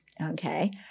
Okay